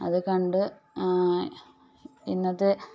അതു കണ്ടു ഇന്നത്തെ